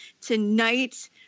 Tonight